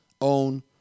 own